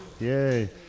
Yay